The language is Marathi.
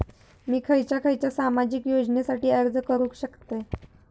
मी खयच्या खयच्या सामाजिक योजनेसाठी अर्ज करू शकतय?